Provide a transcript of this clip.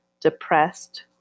depressed